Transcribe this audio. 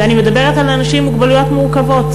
ואני מדברת על אנשים עם מוגבלויות מורכבות.